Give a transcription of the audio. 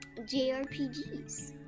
jrpgs